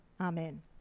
Amen